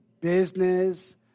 business